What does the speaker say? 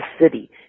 city